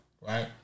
Right